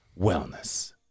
wellness